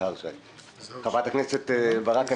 חברת הכנסת ברק,